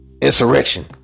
insurrection